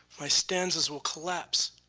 my stances will collapse,